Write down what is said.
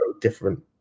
different